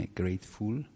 grateful